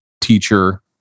teacher